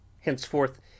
Henceforth